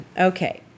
Okay